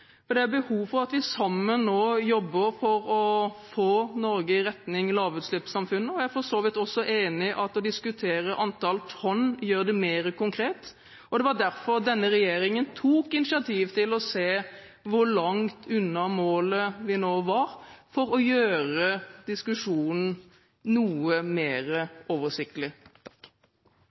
for det er behov for at vi sammen nå jobber for å få Norge i retning lavutslippssamfunnet. Jeg er for så vidt også enig i at det å diskutere antall tonn gjør det mer konkret, og det var derfor denne regjeringen tok initiativ til å se hvor langt unna målet vi nå var, for å gjøre diskusjonen noe mer oversiktlig.